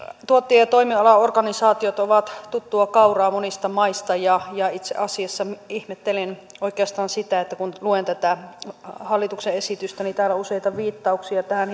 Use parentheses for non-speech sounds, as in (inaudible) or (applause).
tuottaja ja toimialaorganisaatiot ovat tuttua kauraa monista maista ja ja itse asiassa ihmettelen oikeastaan sitä että kun luen tätä hallituksen esitystä niin täällä on useita viittauksia tähän (unintelligible)